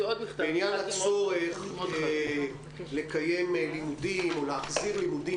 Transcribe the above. בעניין הצורך לקיים לימודים או להחזיר לימודים